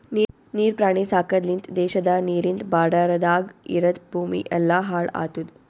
ನೀರ್ ಪ್ರಾಣಿ ಸಾಕದ್ ಲಿಂತ್ ದೇಶದ ನೀರಿಂದ್ ಬಾರ್ಡರದಾಗ್ ಇರದ್ ಭೂಮಿ ಎಲ್ಲಾ ಹಾಳ್ ಆತುದ್